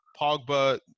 pogba